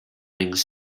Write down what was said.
ringed